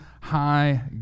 High